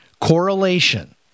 correlation